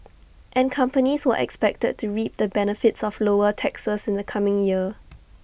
and companies were expected to reap the benefits of lower taxes in the coming year